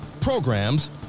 programs